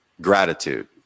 gratitude